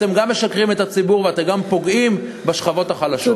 אתם גם משקרים לציבור ואתם גם פוגעים בשכבות החלשות.